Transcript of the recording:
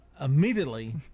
Immediately